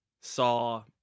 saw